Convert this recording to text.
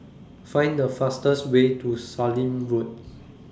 Find The fastest Way to Sallim Road